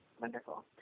Wonderful